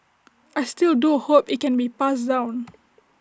I still do hope IT can be passed down